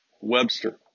Webster